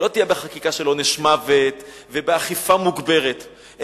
לא תהיה בחקיקה של עונש מוות ובאכיפה מוגברת,